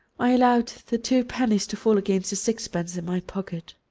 i allowed the two pennies to fall against the sixpence in my pocket.